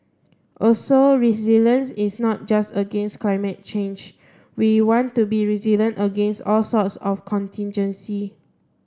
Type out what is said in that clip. also resilience is not just against climate change we want to be resilient against all sorts of contingency